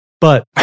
but-